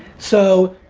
so,